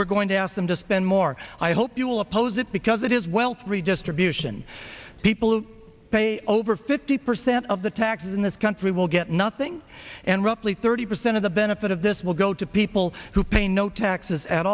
were going to ask them to spend more i hope you will oppose it because it is wealth redistribution people who pay over fifty percent of the taxes in this country will get nothing and roughly thirty percent of the benefit of this will go to people who pay no taxes at